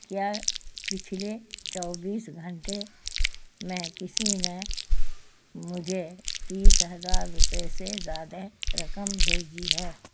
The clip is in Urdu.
کیا پچھلے چوبیس گھنٹے میں کسی نے مجھے تیس ہزار روپے سے زیادہ رقم بھیجی ہے